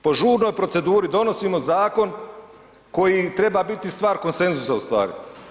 Po žurnoj proceduri donosimo zakon koji treba biti stvar konsenzusa u stvari.